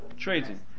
Trading